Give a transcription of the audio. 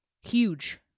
huge